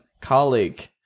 colleague